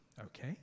Okay